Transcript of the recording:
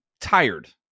tired